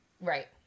Right